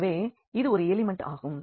எனவே இது ஒரு எலிமெண்ட் ஆகும்